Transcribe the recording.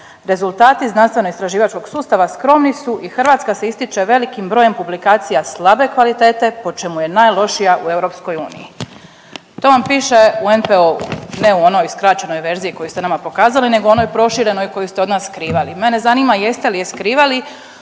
Rezultati znanstveno istraživačkog sustava skromni su i Hrvatska se ističe velikim brojem publikacija slabe kvalitete po čemu je najlošija u EU. To vam piše u NPOO-u, ne u onoj skraćenoj verziji koju ste nama pokazali nego u onoj proširenoj koju ste od nas skrivali. Mene zanima jeste li je skrivali